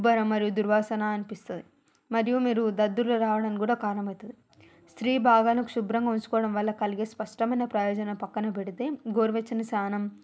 ఉబ్బడం మరియు దుర్వాసన అనిపిస్తది మరియు మీరు దద్దుర్లు రావడం కూడా కారణమయితది స్త్రీ భాగాలను శుభ్రపరుచుకోవడం వల్ల కలిగే స్పష్టమయిన ప్రయోజనం పక్కన పెడితే గోరువెచ్చని స్నానం